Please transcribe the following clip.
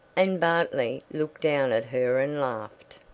and bartley looked down at her and laughed.